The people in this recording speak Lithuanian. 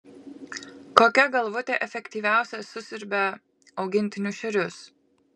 kokia galvutė efektyviausia susiurbia augintinių šerius